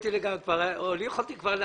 בעיות שהתעוררו בעקבות המצב הביטחוני